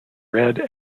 red